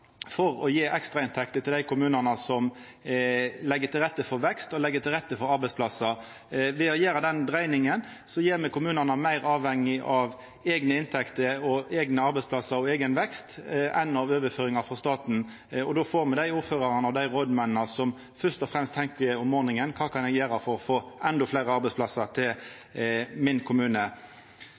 for å gje ekstrainntekter til dei kommunane som legg til rette for vekst og arbeidsplassar. Ved å gjera den dreiinga gjer vi kommunane meir avhengige av eigne inntekter, eigne arbeidsplassar og eigen vekst enn av overføringar frå staten. Då får me dei ordførarane og dei rådmennene som om morgonen først og fremst tenkjer: Kva kan eg gjera for å få endå fleire arbeidsplassar til kommunen min?